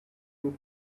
took